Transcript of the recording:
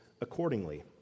accordingly